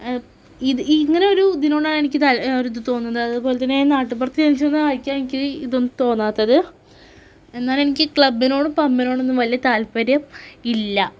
ഇത് ഇങ്ങനെ ഒരു ദിനം ഉള്ളതിനെ എനിക്ക് ഒരു ഇത് തോന്നുന്നത് അതുപോലെതന്നെ നാട്ടും പുറത്ത് ജനിച്ചതു കൊണ്ടായിരിക്കാം എനിക്ക് ഇതൊന്നും തോന്നാത്തത് എന്നാലും എനിക്ക് ക്ലബിനോടും പബ്ബിനോടൊന്നും വലിയ താത്പര്യം ഇല്ല